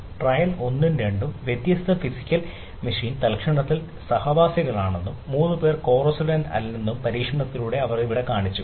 trial ഒന്നും രണ്ടും വ്യത്യസ്ത ഫിസിക്കൽ മെഷീൻ തൽക്ഷണത്തിൽ സഹവാസികളാണെന്നും മൂന്ന് പേർ കോ റെസിഡന്റ് അല്ലെന്നും പരീക്ഷണത്തിലൂടെ അവർ ഇവിടെ കാണിച്ചു